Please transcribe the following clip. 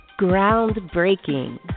Groundbreaking